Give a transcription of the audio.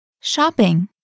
Shopping